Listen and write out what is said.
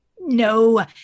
No